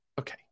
okay